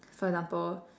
for example